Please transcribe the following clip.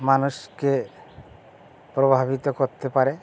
মানুষকে প্রভাবিত করতে পারে